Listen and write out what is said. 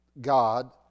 God